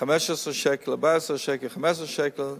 14 שקל, 15 שקל,